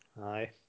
Aye